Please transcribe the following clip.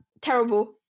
terrible